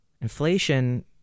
Inflation